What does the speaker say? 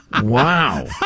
Wow